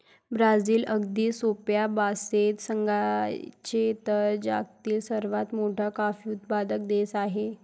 Brazil, अगदी सोप्या भाषेत सांगायचे तर, जगातील सर्वात मोठा कॉफी उत्पादक देश आहे